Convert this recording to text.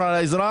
שהנציג יפרט.